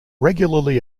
regularly